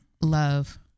Love